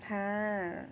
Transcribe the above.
!huh!